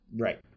Right